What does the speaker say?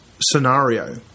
scenario